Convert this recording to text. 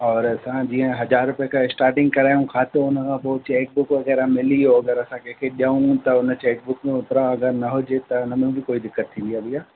और असां जीअं हज़ार रुपयो खां इस्टाटिंग करायूं खातो हुन खां पोइ चैक बुक वग़ैरह मिली वियो अगरि असांखे कंहिंखे ॾियूं त हुन चैक बुक में ओतिरा अगरि न हुजे त हुन में बि कोई दिक़त थींदी आहे जीअं